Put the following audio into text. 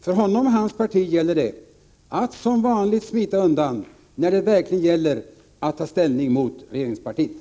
För honom och hans parti gäller det att som vanligt smita undan, när det verkligen blir fråga om att ta ställning mot regeringspartiet.